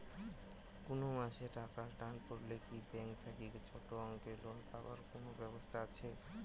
কুনো মাসে টাকার টান পড়লে কি ব্যাংক থাকি ছোটো অঙ্কের লোন পাবার কুনো ব্যাবস্থা আছে?